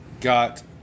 got